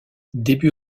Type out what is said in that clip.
début